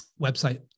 website